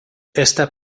esta